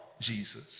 Jesus